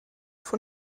von